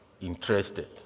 interested